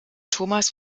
thomas